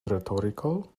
rhetorical